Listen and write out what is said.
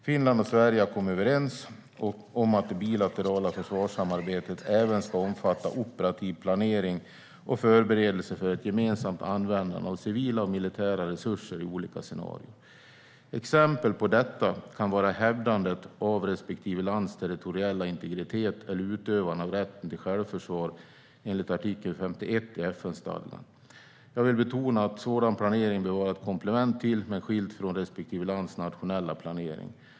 Finland och Sverige har kommit överens om att det bilaterala försvarssamarbetet även ska omfatta operativ planering och förberedelser för ett gemensamt användande av civila och militära resurser i olika scenarier. Exempel på detta kan vara hävdandet av respektive lands territoriella integritet eller utövande av rätten till självförsvar enligt artikel 51 i FN-stadgan. Jag vill betona att sådan planering bör vara ett komplement till, men skilt från, respektive lands nationella planering.